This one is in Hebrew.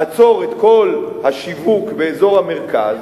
לעצור את כל השיווק באזור המרכז,